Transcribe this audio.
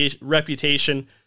reputation